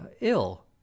ill